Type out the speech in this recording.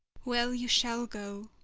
well, you shall go.